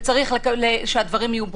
וצריך שהדברים יהיו ברורים,